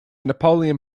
napoleon